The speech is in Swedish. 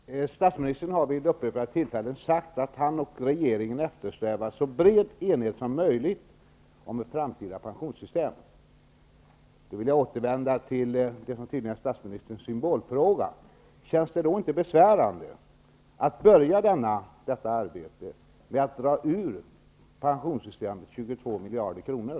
Fru talman! Statsministern har vid upprepade tillfällen sagt att han och regeringen eftersträvar så bred enighet som möjligt när det gäller ett framtida pensionssystem. Jag vill då återkomma till det som tydligen är en symbolfråga för statsministern. Känns det inte besvärande att börja detta arbete med att tappa ur pensionssystemet 22 miljarder kronor?